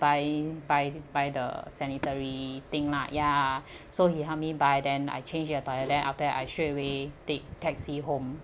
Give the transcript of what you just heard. buy buy buy the sanitary thing lah ya so he help me buy then I change in the toilet after that I straight away take taxi home